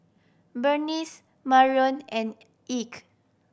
Berniece Marrion and Ike